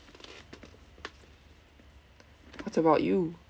what about you